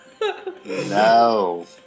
No